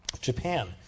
Japan